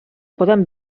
poden